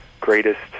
greatest